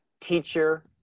teacher